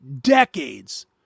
decades